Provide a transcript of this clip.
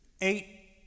eight